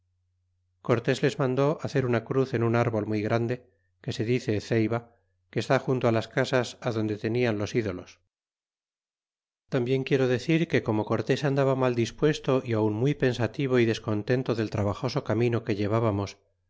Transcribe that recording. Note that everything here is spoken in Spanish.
cortés les mandó hacer una cruz en un árbol muy grande que se dice ceiba que está junto á las casas adonde tenían los ídolos tambien quiero decir que como cortés andaba mal dispuesto y aun muy pensativo y descontento del trabajoso camino que ilevbabamos